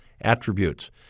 attributes